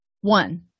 one